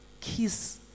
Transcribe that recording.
Kiss